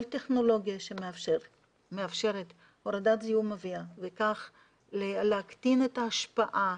כל טכנולוגיה שמאפשרת הורדת זיהום אוויר וכך להקטין את ההשפעה